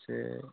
एसे